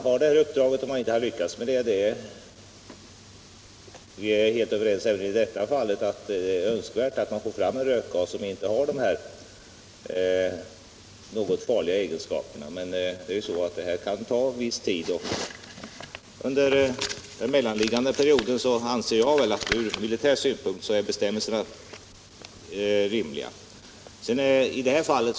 Vi är också helt överens om att det är önskvärt att få fram en rökgas som inte medför dessa risker. Men det kan ta sin tid, och under mellantiden anser jag att bestämmelsrna är rimliga från militär synpunkt.